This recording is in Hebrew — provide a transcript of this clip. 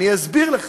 אני אסביר לך.